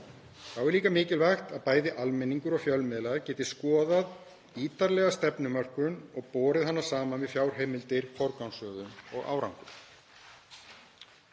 Þá er líka mikilvægt að bæði almenningur og fjölmiðlar geti skoðað ítarlega stefnumörkun og borið hana saman við fjárheimildir, forgangsröðun og árangur.